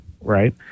right